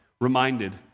reminded